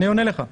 אני עונה לך.